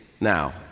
now